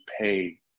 pay